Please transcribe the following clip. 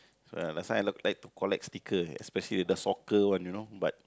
so last time I love like to collect sticker especially the soccer one you know but